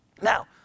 Now